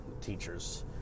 teachers